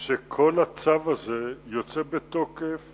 שכל הצו הזה יוצא בתוקף